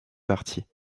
parti